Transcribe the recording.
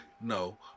no